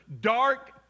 dark